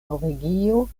norvegio